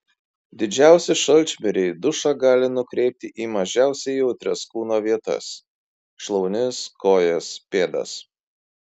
didžiausi šalčmiriai dušą gali nukreipti į mažiausiai jautrias kūno vietas šlaunis kojas pėdas